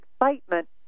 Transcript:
excitement